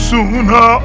Sooner